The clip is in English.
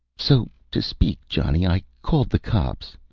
so to speak, johnny, i called the cops.